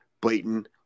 blatant